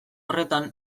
horretan